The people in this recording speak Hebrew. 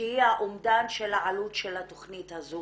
שזה אומדן עלות התוכנית הזו.